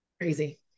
crazy